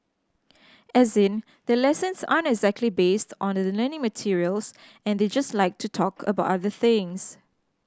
as in their lessons aren't exactly based on the learning materials and they just like to talk about other things